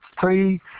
three